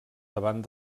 davant